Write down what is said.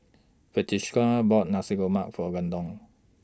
Frederica bought Nasi Lemak For Londyn